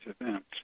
events